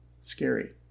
Scary